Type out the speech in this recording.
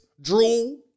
drool